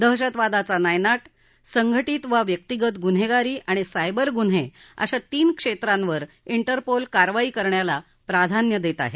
दहशतवादाचा नायनाट संघटित वा व्यक्तीगत गुन्हेगारी आणि सायबर गुन्हे अशा तीन क्षेत्रांवर ठेरपोल कारवाई करण्याला प्राधान्य देत आहे